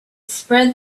spread